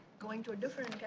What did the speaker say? going to a different